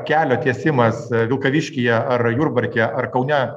kelio tiesimas vilkaviškyje ar jurbarke ar kaune